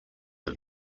the